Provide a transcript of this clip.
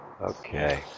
Okay